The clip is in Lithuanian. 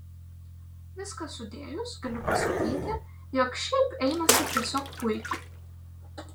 viską sudėjus galiu pasakyti jog šiaip einasi tiesiog puikiai